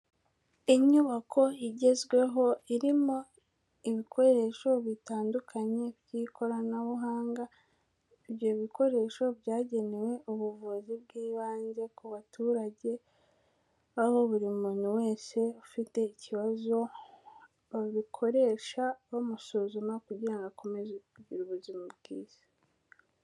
Inyubako igezweho, irimo ibikoresho bitandukanye by'ikoranabuhanga, ibyo bikoresho byagenewe ubuvuzi bw'ibanze ku baturage, aho buri muntu wese ufite ikibazo babikoresha bamusuzuma kugira ngo akomeze kugira ubuzima bwiza.